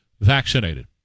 vaccinated